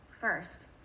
first